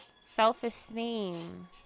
Self-esteem